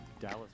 Dallas